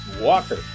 Walker